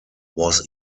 was